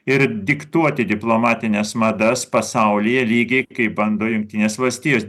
ir diktuoti diplomatines madas pasaulyje lygiai kaip bando jungtinės valstijos